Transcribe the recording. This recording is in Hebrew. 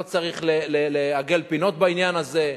לא צריך לעגל פינות בעניין הזה,